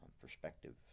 perspective